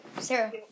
Sarah